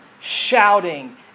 shouting